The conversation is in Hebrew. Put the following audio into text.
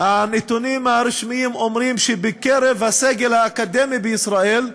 הנתונים הרשמיים מראים שבקרב הסגל האקדמי בישראל,